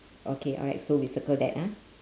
okay alright so we circle that ah